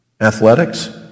Athletics